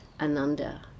Ananda